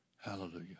Hallelujah